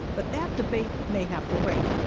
but that debate may have to wait.